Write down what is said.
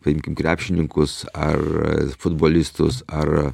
paimkim krepšininkus ar futbolistus ar